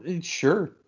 Sure